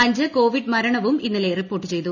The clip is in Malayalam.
അഞ്ച് കോവിഡ് മരണവും ഇന്നലെ റിപ്പോർട്ട് ചെയ്തു